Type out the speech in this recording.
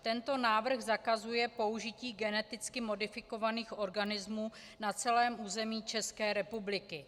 Tento návrh zakazuje použití geneticky modifikovaných organismů na celém území České republiky.